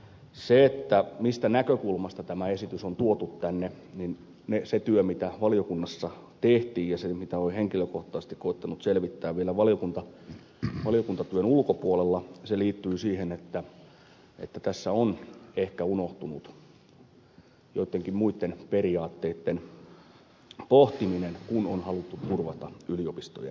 se mistä näkökulmasta tämä esitys on tuotu tänne se työ mitä valiokunnassa tehtiin ja se mitä olen henkilökohtaisesti koettanut selvittää vielä valiokuntatyön ulkopuolella liittyy siihen että tässä on ehkä unohtunut joittenkin muitten periaatteitten pohtiminen kun on haluttu turvata yliopistojen rahoitus